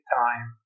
time